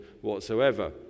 whatsoever